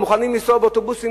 מוכנים לנסוע באוטובוסים,